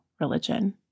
religion